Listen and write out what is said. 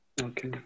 Okay